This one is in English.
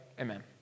Amen